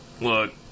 look